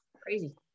crazy